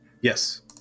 Yes